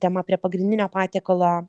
tema prie pagrindinio patiekalo